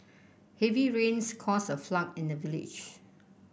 heavy rains caused a flood in the village